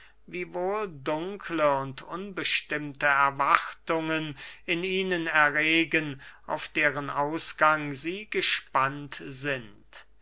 und unbestimmte erwartungen in ihnen erregen auf deren ausgang sie gespannt sind